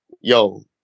Yo